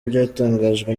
byatangajwe